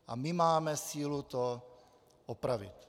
A my máme sílu to opravit.